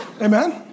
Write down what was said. Amen